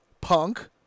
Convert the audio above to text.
Punk